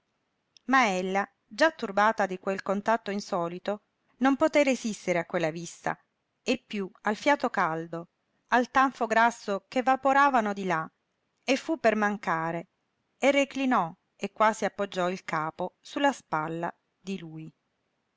eliche ma ella già turbata di quel contatto insolito non poté resistere a quella vista e piú al fiato caldo al tanfo grasso che vaporavano di là e fu per mancare e reclinò e quasi appoggiò il capo su la spalla lui